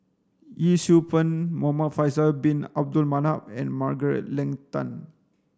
Yee Siew Pun Muhamad Faisal Bin Abdul Manap and Margaret Leng Tan